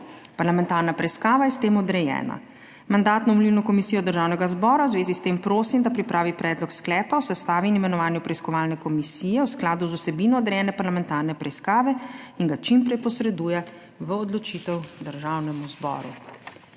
Parlamentarna preiskava je s tem odrejena. Mandatno-volilno komisijo Državnega zbora v zvezi s tem prosim, da pripravi predlog sklepa o sestavi in imenovanju preiskovalne komisije v skladu z vsebino odrejene parlamentarne preiskave in ga čim prej posreduje v odločitev Državnemu zboru.